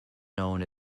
known